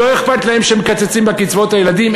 לא אכפת להם שמקצצים בקצבאות הילדים?